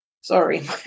sorry